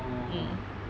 orh